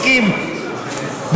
הסכים,